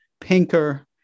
Pinker